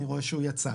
אני רואה שהוא יצא.